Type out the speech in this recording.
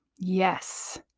Yes